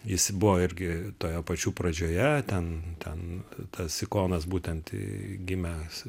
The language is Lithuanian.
jis buvo irgi toje pačių pradžioje ten ten tas sikonas būtent gimęs